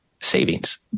savings